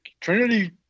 Trinity